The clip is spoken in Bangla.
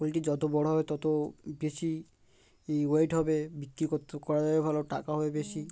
পোলট্রি যত বড়ো হবে তত বেশি এই ওয়েট হবে বিক্রি করতে করা যাবে ভালো টাকা হবে বেশি